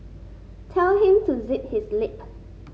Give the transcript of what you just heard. tell him to zip his lip